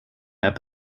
have